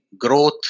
growth